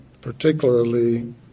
particularly